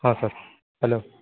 ହଁ sir hello